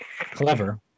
Clever